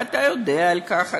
ואתה יודע על כך,